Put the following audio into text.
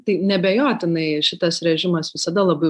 tai neabejotinai šitas režimas visada labai